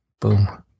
boom